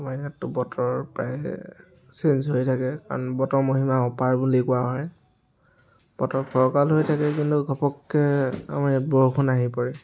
আমাৰ ইয়াত বতৰ প্ৰায়ে ছেইঞ্জ হৈ থাকে কাৰণ বতৰৰ মহিমা অপাৰ বুলি কোৱা হয় বতৰ ফৰকাল হৈ থাকে কিন্তু ঘপককৈ আমাৰ ইয়াত বৰষুণ আহি পৰে